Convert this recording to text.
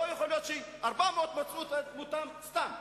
לא יכול להיות ש-400 אזרחים מצאו את מותם סתם כך,